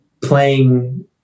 playing